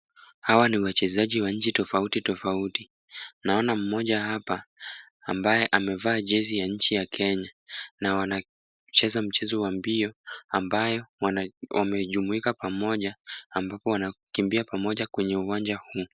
Hawa ni wachezaji wa nchi tofauti tofauti. Naona mmoja hapa ambaye amevaa jezi ya nchi ya Kenya na wanacheza mchezo wa mbio ambayo wamejimuika pamoja ambapo wanakimbia pamoja kwenye uwanja huu.